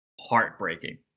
heartbreaking